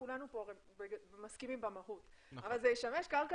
כולנו פה הרי מסכימים במהות אבל זה ישמש קרקע